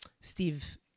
Steve